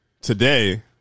today